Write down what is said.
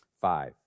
Five